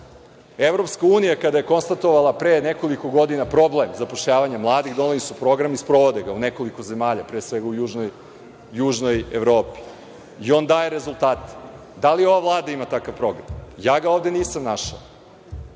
mladih? Evropska unija kada je konstatovala pre nekoliko godina problem zapošljavanja mladih doneli su program i sprovode ga u nekoliko zemalja, pre svega u južnoj Evropi, i on daje rezultate. Da li ova Vlada ima takav program? Ja ga ovde nisam